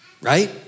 Right